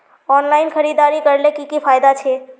Online खरीदारी करले की की फायदा छे?